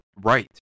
Right